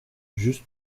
juste